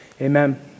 amen